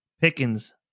Pickens